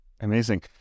Amazing